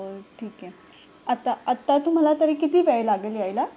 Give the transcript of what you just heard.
ठीक आहे आता आत्ता तुम्हाला तरी किती वेळ लागेल यायला